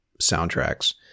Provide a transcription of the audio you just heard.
soundtracks